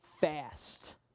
fast